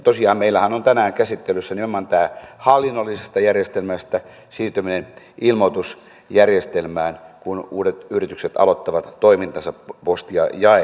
tosiaan meillähän on tänään käsittelyssä nimenomaan tämä hallinnollisesta järjestelmästä ilmoitusjärjestelmään siirtyminen kun uudet yritykset aloittavat toimintansa postia jaellen